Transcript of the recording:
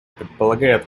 предполагает